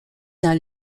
dans